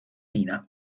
mina